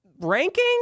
ranking